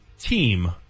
Team